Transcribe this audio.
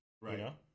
Right